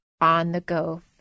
on-the-go